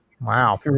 Wow